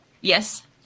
Yes